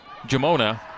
Jamona